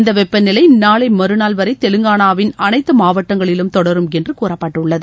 இந்த வெப்பநிலை நாளை மற்றாள் வரை தெலங்கானாவின் அனைத்து மாவட்டங்களிலும் தொடரும் என்று கூறப்பட்டுள்ளது